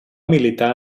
militar